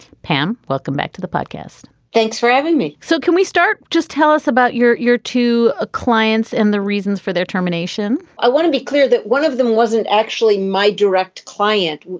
pam welcome back to the podcast. thanks for having me. so can we start. just tell us about your your two ah clients and the reasons for their termination i want to be clear that one of them wasn't actually my direct client.